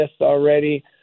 already